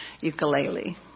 ukulele